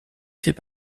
fait